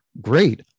great